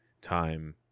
time